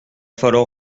falloir